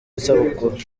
isabukuru